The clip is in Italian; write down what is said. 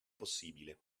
possibile